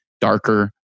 darker